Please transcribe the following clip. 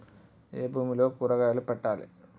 ఏ భూమిలో కూరగాయలు పెట్టాలి?